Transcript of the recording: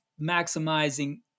maximizing